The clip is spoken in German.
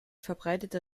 verbreitete